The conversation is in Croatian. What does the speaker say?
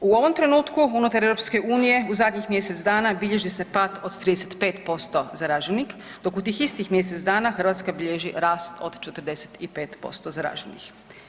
U ovom trenutku unutar EU u zadnjih mjesec dana bilježi se pad od 35% zaraženih dok u tih istih mjesec dana Hrvatska bilježi rast od 45% zaraženih.